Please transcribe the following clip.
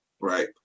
right